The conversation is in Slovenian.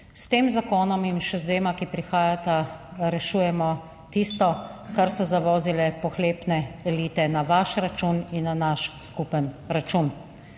s tem zakonom in še z dvema, ki prihajata rešujemo tisto kar so zavozile pohlepne elite na vaš račun in na naš skupen račun.